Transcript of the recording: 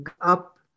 up